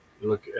look